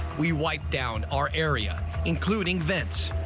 we wiped down our area, including vents.